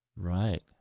Right